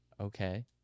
okay